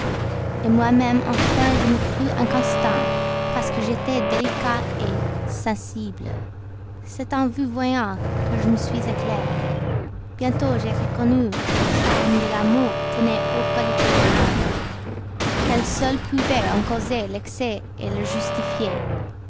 vertus moi-même enfin je me crus inconstant parce que j'étais délicat sensible c'est en vous voyant que je me suis éclairé bientôt j'ai reconnu que le charme de l'amour tenait aux qualités de l'âme qu'elles seules pouvaient en causer l'excès le justifier